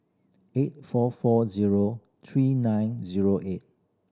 eight four four zero three nine zero eight